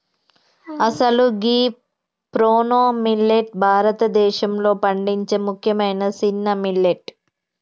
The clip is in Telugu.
అసలు గీ ప్రోనో మిల్లేట్ భారతదేశంలో పండించే ముఖ్యమైన సిన్న మిల్లెట్